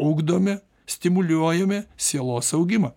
ugdome stimuliuojame sielos augimą